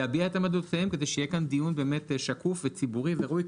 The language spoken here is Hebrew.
להביע את עמדותיהם כדי שיהיה כאן דיון באמת שקוף וציבורי וראוי,